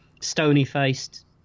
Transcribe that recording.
stony-faced